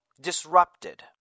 disrupted